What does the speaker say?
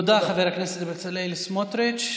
תודה, חבר הכנסת בצלאל סמוטריץ'.